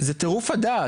זה טירוף הדעת.